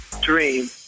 dream